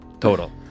Total